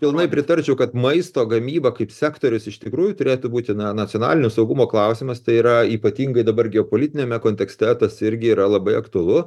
pilnai pritarčiau kad maisto gamyba kaip sektorius iš tikrųjų turėtų būti na nacionalinio saugumo klausimas tai yra ypatingai dabar geopolitiniame kontekste tas irgi yra labai aktualu